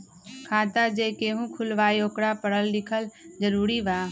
खाता जे केहु खुलवाई ओकरा परल लिखल जरूरी वा?